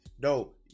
no